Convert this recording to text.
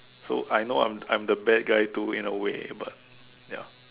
so I know I'm I'm the bad guy too in a way but ya